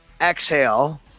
Exhale